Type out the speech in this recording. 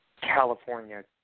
California